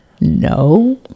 No